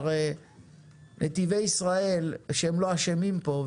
הרי נתיבי ישראל שהם לא אשמים פה,